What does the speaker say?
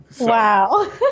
Wow